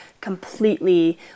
completely